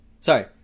Sorry